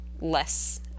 less